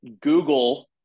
Google